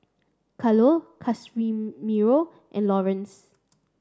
Carlo and Laurence